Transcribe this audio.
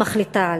מחליטים עליו.